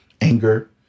anger